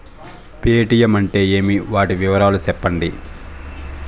Paytm అంటే ఏమి, వాటి వివరాలు సెప్పండి?